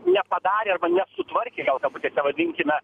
nepadarė nesutvarkė gal kabutėse vadinkime